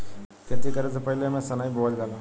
खेती करे से पहिले एमे सनइ बोअल जाला